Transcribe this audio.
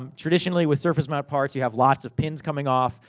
um traditionally, with surface mount parts, you have lots of pins coming off,